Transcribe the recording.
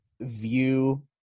view